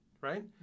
right